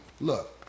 look